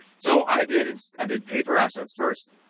so i did and i did paper assets first.